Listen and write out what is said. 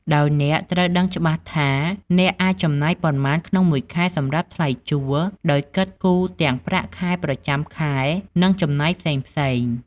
ដោយអ្នកត្រូវដឹងច្បាស់ថាអ្នកអាចចំណាយប៉ុន្មានក្នុងមួយខែសម្រាប់ថ្លៃជួល ដោយគិតគូរទាំងប្រាក់ខែប្រចាំខែ និងចំណាយផ្សេងៗ។